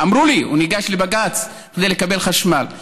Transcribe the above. אמרו לי, ניגש לבג"ץ כדי לקבל חשמל.